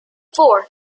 four